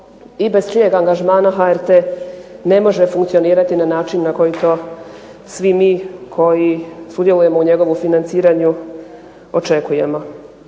i bez čijeg angažmana HRT ne može funkcionirati na način na koji to svi mi koji sudjelujemo u njegovu financiranju očekujemo.